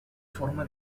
forma